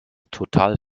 total